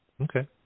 Okay